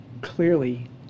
clearly